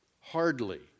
Hardly